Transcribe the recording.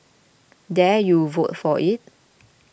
dare you vote for it